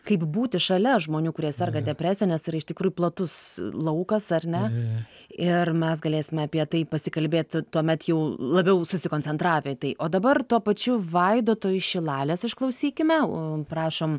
kaip būti šalia žmonių kurie serga depresija nes iš tikrųjų platus laukas ar ne ir mes galėsime apie tai pasikalbėti tuomet jau labiau susikoncentravę į tai o dabar tuo pačiu vaidoto iš šilalės išklausykime prašom